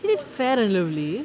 she did Fair & Lovely